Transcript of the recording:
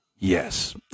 Yes